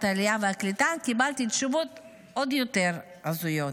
העלייה והקליטה קיבלתי תשובות עוד יותר הזויות.